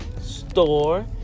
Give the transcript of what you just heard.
Store